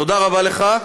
תודה רבה לך.